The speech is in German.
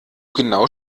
genau